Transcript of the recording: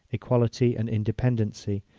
equality and independency,